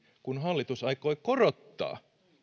kun hallitus aikoi korottaa